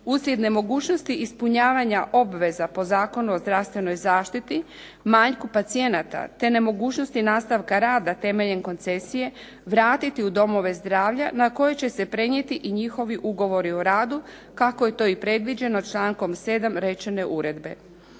uslijed nemogućnosti ispunjavanja obveza po Zakonu o zdravstvenoj zaštiti, manjku pacijenata te nemogućnosti nastavka rada temeljem koncesije vratiti u domove zdravlja na koje će se prenijeti i njihovi ugovori o radu kako je to i predviđeno člankom 7. rečene uredbe.